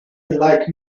like